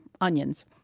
onions